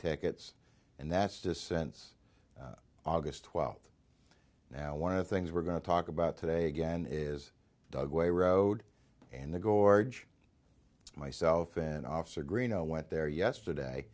tickets and that's just cents aug twelfth now one of the things we're going to talk about today again is dugway road and the gorge myself and officer green oh went there yesterday